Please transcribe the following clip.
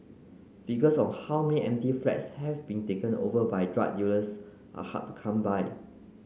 figures on how many empty flats have been taken over by drug dealers are hard to come by